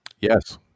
Yes